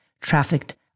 trafficked